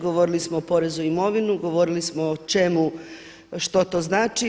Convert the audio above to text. Govorili samo o porezu na imovinu, govorili smo o čemu, što to znači.